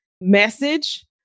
message